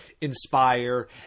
inspire